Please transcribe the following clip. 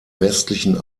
westlichen